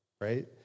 right